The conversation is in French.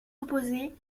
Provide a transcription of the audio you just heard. opposées